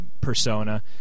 persona